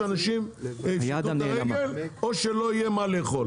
שאנשים יפשטו את הרגל או שלא יהיה מה לאכול.